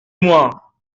moi